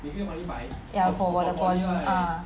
ya for 我的 poly ah